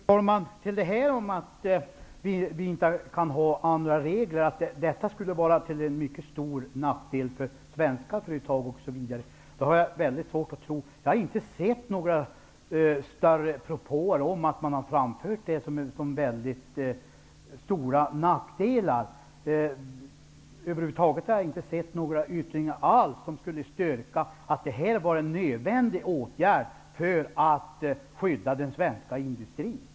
Fru talman! Jag har svårt att tro att vi inte kan ha andra regler, att det skulle vara till så stor nackdel för svenska företag osv. Jag har inte hört att man har framfört några större propåer om att detta skulle vara några stora nackdelar. Jag har över huvud taget inte sett några yttringar som skulle styrka att detta är en nödvändig åtgärd för att skydda den svenska industrin.